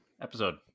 Episode